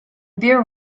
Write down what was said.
beer